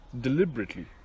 Deliberately